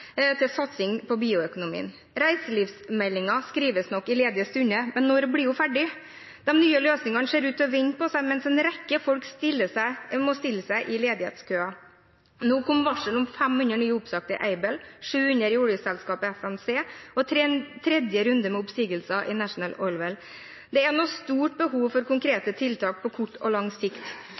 til satsing på bioøkonomien. Reiselivsmeldingen skrives nok i ledige stunder, men når blir den ferdig? De nye løsningene ser ut til å vente på seg, mens en rekke folk må stille seg i ledighetskøer. Nå kom varsel om 500 nye oppsagte i Aibel, 700 i oljeselskapet FMC og tredje runde med oppsigelser i National Oilwell. Det er nå stort behov for konkrete tiltak på kort og lang sikt.